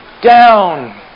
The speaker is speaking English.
down